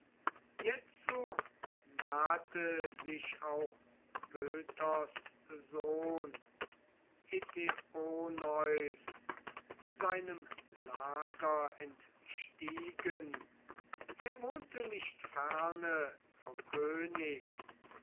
jetzo nahte sich auch boethos sohn eteoneus seinem lager entstiegen er wohnte nicht ferne vom könig